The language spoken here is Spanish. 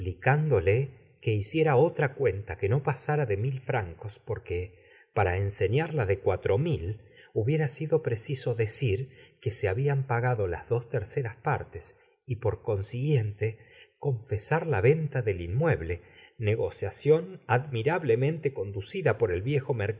que hiciera ot ca cuenta que no pasara de mil franco s porque para ensefíar la de cu tro mil hubiera sido preciso decir que se habían pagado las dos terceras partes y por consiguiente confesar la venta del inmueble negociación admirablenwntc conducida por el viejo